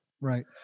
Right